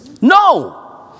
No